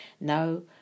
No